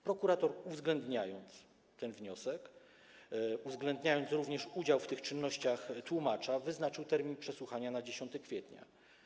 Prokurator, uwzględniając ten wniosek, uwzględniając również udział w tych czynnościach tłumacza, wyznaczył termin przesłuchania na 10 kwietnia.